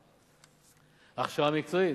5. הכשרה מקצועית: